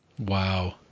wow